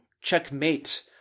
checkmate